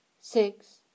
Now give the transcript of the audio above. six